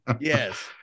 Yes